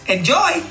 Enjoy